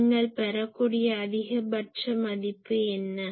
நீங்கள் பெறக்கூடிய அதிகபட்ச மதிப்பு என்ன